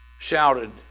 Shouted